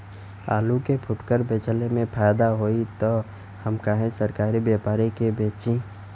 आलू के फूटकर बेंचले मे फैदा होई त हम काहे सरकारी व्यपरी के बेंचि?